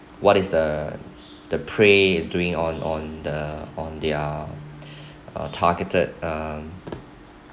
um what is the the prey is doing on on the on they are uh targeted uh